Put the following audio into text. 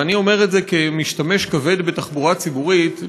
ואני אומר את זה כמשתמש "כבד" בתחבורה ציבורית.